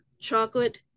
chocolate